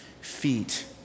feet